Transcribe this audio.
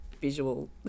visual